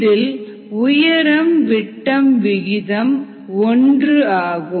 இதில் உயரம் விட்டம் விகிதம் ஒன்றாகும்